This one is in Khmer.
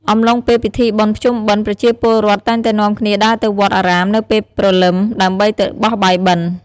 អំឡុងពេលពិធីបុណ្យភ្ជុំបិណ្ឌប្រជាពលរដ្ឋតែងតែនាំគ្នាដើរទៅវត្ដអារាមនៅពេលព្រលឹម ដើម្បីទៅបោះបាយបិណ្ឌ។